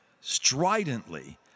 stridently